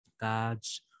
God's